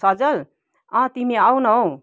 सजल तिमी आउ न हौ